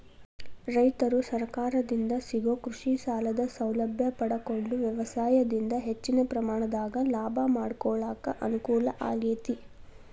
ರೈತರು ಸರಕಾರದಿಂದ ಸಿಗೋ ಕೃಷಿಸಾಲದ ಸೌಲಭ್ಯ ಪಡಕೊಂಡು ವ್ಯವಸಾಯದಿಂದ ಹೆಚ್ಚಿನ ಪ್ರಮಾಣದಾಗ ಲಾಭ ಮಾಡಕೊಳಕ ಅನುಕೂಲ ಆಗೇತಿ